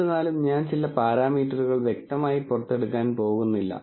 എന്നിരുന്നാലും ഞാൻ ചില പാരാമീറ്ററുകൾ വ്യക്തമായി പുറത്തെടുക്കാൻ പോകുന്നില്ല